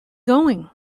going